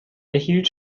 erhielt